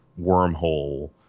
wormhole